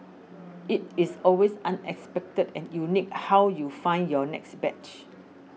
it is always unexpected and unique how you find your next badge